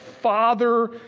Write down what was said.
father